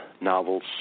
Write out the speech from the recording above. novels